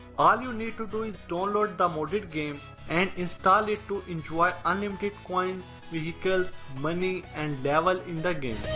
all you need to do is download the modded game and install it to enjoy unlimited coins, vehicles, money and levels in the game.